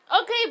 Okay